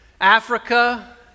Africa